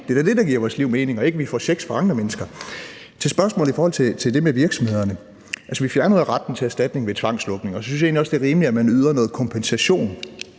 Det er da det, der giver vores liv mening, og ikke, at vi får checks fra andre mennesker. Til spørgsmålet om det med virksomhederne vil jeg sige, at vi jo fjernede retten til erstatning ved tvangslukning, og så synes jeg egentlig også, det er rimeligt, at man yder noget kompensation,